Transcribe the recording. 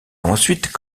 ensuite